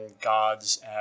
gods